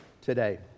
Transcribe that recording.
today